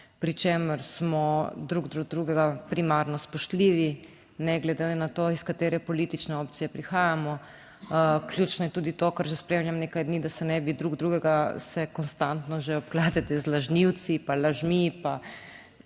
pri čemer smo drug do drugega primarno spoštljivi, ne glede na to, iz katere politične opcije prihajamo. Ključno je tudi to, kar že spremljam nekaj dni, da se ne bi drug drugega, se konstantno že obkladate z lažnivci pa lažmi, pa